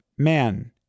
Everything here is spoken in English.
man